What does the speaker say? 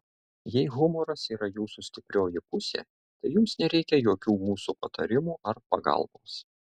jei humoras yra jūsų stiprioji pusė tai jums nereikia jokių mūsų patarimų ar pagalbos